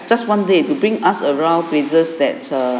just one day to bring us around places that are